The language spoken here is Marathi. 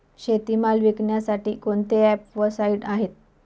शेतीमाल विकण्यासाठी कोणते ॲप व साईट आहेत?